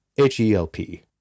H-E-L-P